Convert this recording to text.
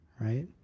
Right